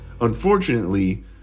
Unfortunately